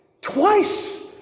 twice